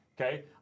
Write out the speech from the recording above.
okay